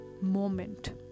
moment